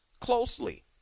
closely